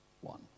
one